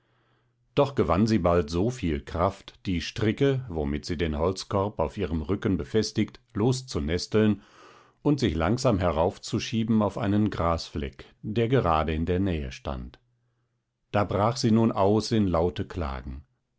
doch gewann sie bald so viel kraft die stricke womit sie den holzkorb auf ihrem rücken befestigt loszunesteln und sich langsam heraufzuschieben auf einen grasfleck der gerade in der nähe stand da brach sie nun aus in laute klagen